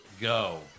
go